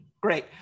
Great